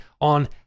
on